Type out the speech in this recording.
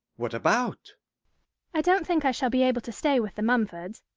what about i don't think i shall be able to stay with the mumfords.